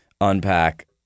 unpack